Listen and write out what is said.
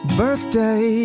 birthday